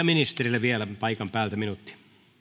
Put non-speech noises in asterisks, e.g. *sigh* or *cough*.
*unintelligible* ministerille vielä paikan päältä minuutti